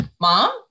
mom